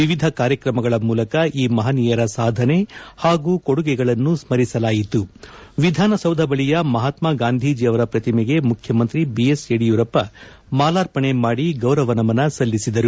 ವಿವಿಧ ಕಾರ್ಯಕ್ರಮಗಳ ಮೂಲಕ ಈ ಮಪನೀಯರ ಸಾಧನೆ ಪಾಗೂ ಕೊಡುಗೆಗಳನ್ನು ಸ್ಮರಿಸಲಾಯಿತು ವಿಧಾನಸೌಧ ಬಳಿಯ ಮಪಾತ್ಮ ಗಾಂಧೀಜಿ ಅವರ ಪ್ರತಿಮೆಗೆ ಮುಖ್ಯಮಂತ್ರಿ ಬಿಎಸ್ ಯಡಿಯೂರಪ್ಪ ಮಾಲಾರ್ಪಣೆ ಮಾಡಿ ಗೌರವ ನಮನ ಸಲ್ಲಿಸಿದರು